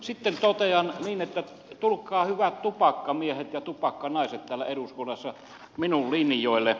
sitten totean että tulkaa hyvät tupakkamiehet ja tupakkanaiset täällä eduskunnassa minun linjoilleni